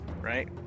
right